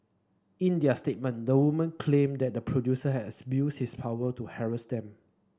in their statement the woman claim that the producer has abused his power to harass them